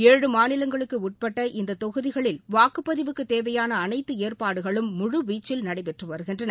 ஏழு மாநிலங்களுக்கு உட்பட்ட இந்த தொகுதிகளில் வாக்குப்பதிவுக்குத் தேவையான அனைத்து ஏற்பாடுகளும் முழுவீச்சில் நடைபெற்று வருகின்றன